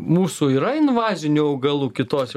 mūsų yra invazinių augalų kitose